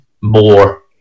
more